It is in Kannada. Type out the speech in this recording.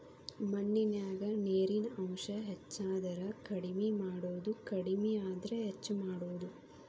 ಮಣ್ಣಿನ್ಯಾಗ ನೇರಿನ ಅಂಶ ಹೆಚಾದರ ಕಡಮಿ ಮಾಡುದು ಕಡಮಿ ಆದ್ರ ಹೆಚ್ಚ ಮಾಡುದು